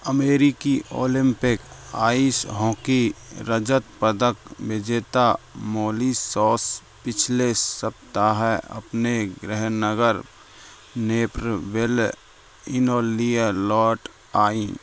अमेरिकी Olympic ice hockey रजत पदक विजेता मौली शौस पिछले सप्ताह अपने गृहनगर नेपरविल इनोलिय लौट आईं